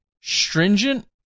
stringent